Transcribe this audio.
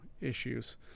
issues